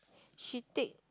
she take